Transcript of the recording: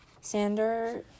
sander